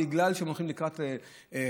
בגלל שהם הולכים לקראת חקיקה,